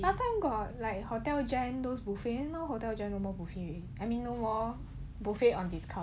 last time got like hotel jane those buffet then now hotel jane like no more buffet or discount